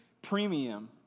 premium